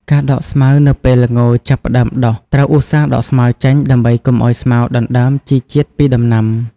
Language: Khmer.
ការដកស្មៅ នៅពេលល្ងចាប់ផ្តើមដុះ ត្រូវឧស្សាហ៍ដកស្មៅចេញ ដើម្បីកុំឲ្យស្មៅដណ្តើមជីជាតិពីដំណាំ។